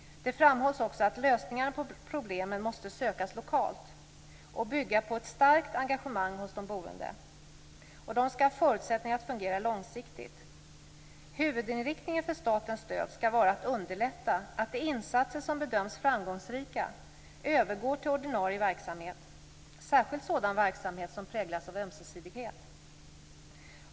Det framhålls också att lösningarna på problemen måste sökas lokalt och bygga på ett starkt engagemang hos de boende om de skall ha förutsättningar att fungera långsiktigt. Huvudinriktningen för statens stöd skall vara att underlätta att de insatser som bedöms som framgångsrika övergår till ordinarie verksamhet, särskilt sådan verksamhet som präglas av ömsesidighet.